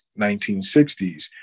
1960s